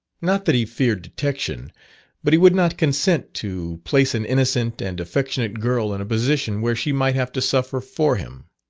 not that he feared detection but he would not consent to place an innocent and affectionate girl in a position where she might have to suffer for him.